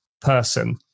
person